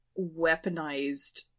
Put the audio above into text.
weaponized